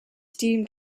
steam